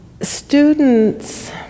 students